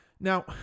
Now